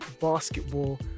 basketball